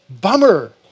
Bummer